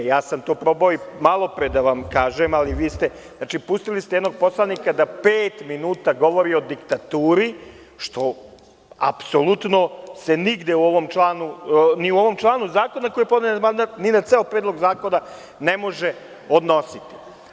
Ja sam to probao i malopre da vam kažem, ali vi ste pustili jednog poslanika da pet minuta govori o diktaturi, što apsolutno se nigde ni u ovom članu zakona na koji je podnet amandman, ni na ceo Predlog zakona ne može odnositi.